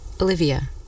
Olivia